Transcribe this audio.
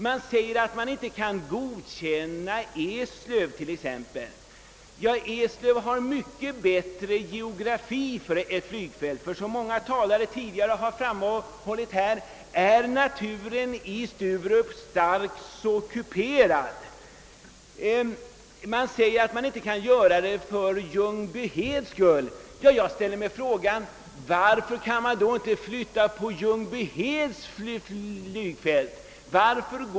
Man säger att man inte kan godkänna t.ex. Eslöv — som dock har mycket bättre topografi för ett flyg fält; så som många talare framhållit är naturen i Sturup starkt kuperad — för Ljungbyheds skull. Varför kan man då inte flytta Ljungbyheds flygfält?